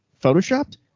photoshopped